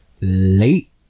late